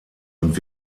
und